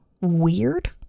weird